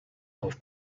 auf